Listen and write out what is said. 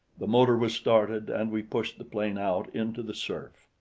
the motor was started, and we pushed the plane out into the surf.